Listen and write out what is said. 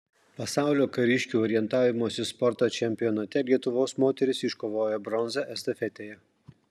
pasaulio kariškių orientavimosi sporto čempionate lietuvos moterys iškovojo bronzą estafetėje